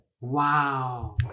Wow